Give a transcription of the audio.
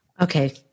Okay